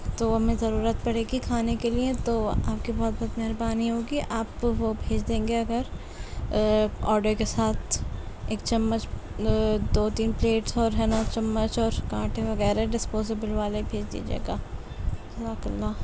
تو ہمیں ضرورت پڑے گی کھانے کے لیے تو آپ کی بہت بہت مہربانی ہوگی آپ وہ بھیج دیں گے اگر آڈر کے ساتھ ایک چمچ دو تین پلیٹس اور ہے نا ہو چمچ اور کانٹے وغیرہ ڈسپوزیبل والے بھیج دیجیے گا جزاک اللہ